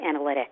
analytics